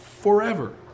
forever